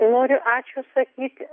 noriu ačiū sakyt